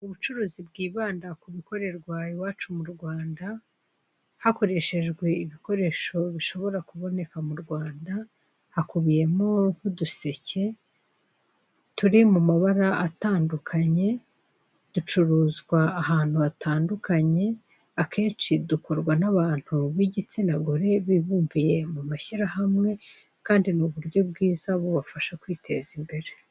Ubucuruzi bwibanda ku bikorerwa iwacu mu Rwanda, hakoreshejwe ibikoresho bishobora kuboneka mu Rwanda, hakubiyemo nk'uduseke turi mu mabara atandukanye, ducuruzwa ahantu hatandukanye akenshi dukorwa n'abantu b'igitsina gore bibumbiye mu mashyirahamwe kandi ni uburyo bwiza bubafasha kwiteza imbere.